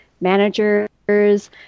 managers